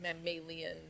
mammalian